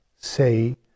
say